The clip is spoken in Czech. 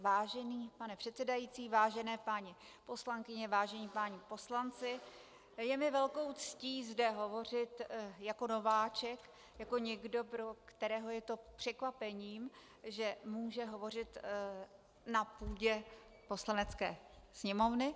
Vážený pane předsedající, vážené paní poslankyně, vážení páni poslanci, je mi velkou ctí zde hovořit jako nováček, jako někdo, pro kterého je překvapením, že může hovořit na půdě Poslanecké sněmovny.